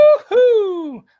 woohoo